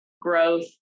growth